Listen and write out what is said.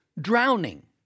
drowning